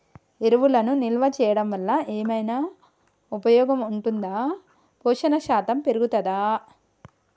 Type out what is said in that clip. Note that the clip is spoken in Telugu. ఎరువులను నిల్వ చేయడం వల్ల ఏమైనా ఉపయోగం ఉంటుందా పోషణ శాతం పెరుగుతదా?